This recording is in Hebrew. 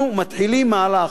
אנחנו מתחילים מהלך.